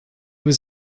was